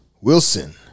Wilson